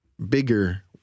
Bigger